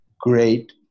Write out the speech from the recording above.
great